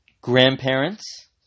grandparents